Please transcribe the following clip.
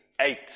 eight